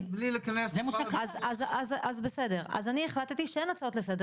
אז בסדר, אז אני החלטתי שאין הצעות לסדר